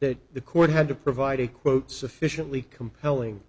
that the court had to provide a quote sufficiently compelling